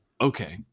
Okay